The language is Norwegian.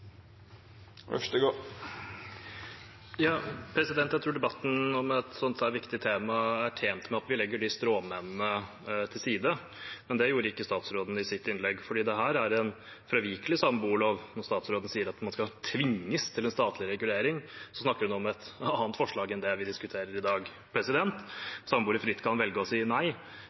stråmennene til side, men det gjorde ikke statsråden i sitt innlegg. Dette er en fravikelig samboerlov. Når statsråden sier at man skal tvinges til en statlig regulering, snakker hun om et annet forslag enn det vi diskuterer i dag. Samboere kan fritt velge å si nei